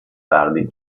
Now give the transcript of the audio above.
tardi